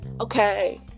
okay